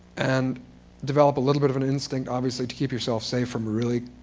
and develop a little bit of an instinct, obviously, to keep yourself safe from really